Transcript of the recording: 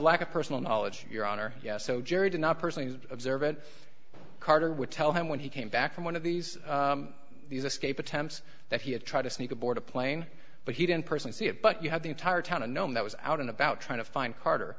lack of personal knowledge your honor yes so jerry did not personally observe it carter would tell him when he came back from one of these these escape attempts that he had tried to sneak aboard a plane but he didn't personally see it but you had the entire town a known that was out and about trying to find carter